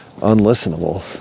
unlistenable